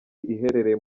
iherereye